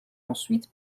ensuite